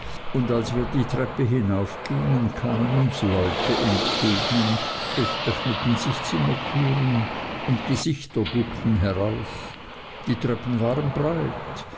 und als wir die treppe hinaufgingen kamen uns leute entgegen es öffneten sich zimmertüren und gesichter guckten heraus die treppen waren breit